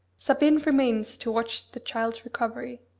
sabine remains to watch the child's recovery,